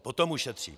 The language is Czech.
Potom ušetří.